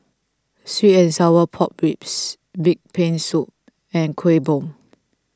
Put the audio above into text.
Sweet and Sour Pork Ribs Pig's Brain Soup and Kuih Bom